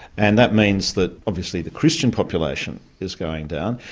and that means that, obviously the christian population is going down.